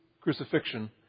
crucifixion